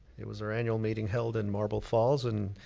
it was our annual meeting held in marble falls. and,